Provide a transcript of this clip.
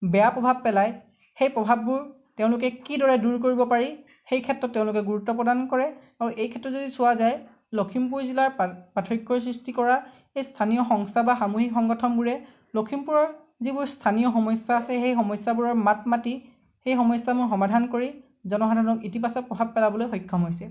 বেয়া প্ৰভাৱ পেলায় সেই প্ৰভাৱবোৰ তেওঁলোকে কি দৰে দূৰ কৰিব পাৰি সেই ক্ষেত্ৰত তেওঁলোকে গুৰুত্ব প্ৰদান কৰে আৰু এই ক্ষেত্ৰত যদি চোৱা যায় লখিমপুৰ জিলাৰ পাৰ্থক্যৰ সৃষ্টি কৰা এই স্থানীয় সংস্থা বা সামূহিক সংগঠনবোৰে লখিমপুৰৰ যিবোৰ স্থানীয় সমস্যা আছে সেই সমস্যাবোৰৰ মাত মাতি সেই সমস্যাসমূহ সমাধান কৰি জনসাধাৰণক ইতিবাচক প্ৰভাৱ পেলাবলৈ সক্ষম হৈছে